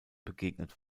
begegnet